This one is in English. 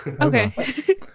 Okay